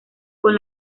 con